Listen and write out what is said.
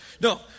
No